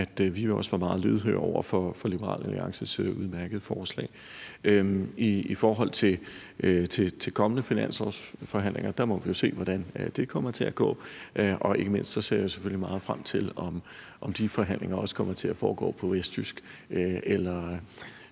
at vi var meget lydhøre over for Liberal Alliances udmærkede forslag. I forhold til kommende finanslovsforhandlinger vil jeg sige, at vi jo må se, hvordan det kommer til at gå, og ikke mindst ser jeg selvfølgelig meget frem til at høre, om de forhandlinger også kommer til at foregå på vestjysk, altså